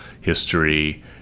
history